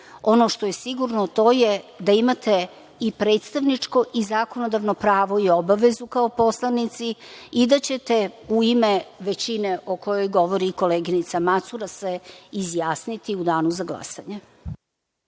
Ono što je sigurno to je da imate i predstavničko i zakonodavno pravo i obavezu kao poslanici i da ćete u ime većine o kojoj govori koleginica Macura se izjasniti u danu za glasanje.